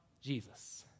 Jesus